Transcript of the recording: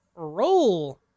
roll